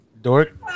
dork